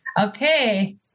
Okay